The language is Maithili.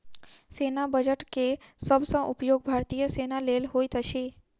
सेना बजट के सब सॅ उपयोग भारतीय सेना लेल होइत अछि